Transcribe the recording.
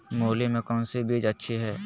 मूली में कौन सी बीज अच्छी है?